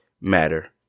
matter